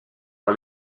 par